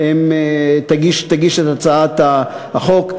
היא תגיש את הצעת החוק.